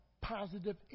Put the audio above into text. positive